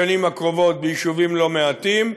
בשנים הקרובות, ביישובים לא מעטים,